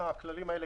הכללים האלה,